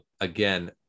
Again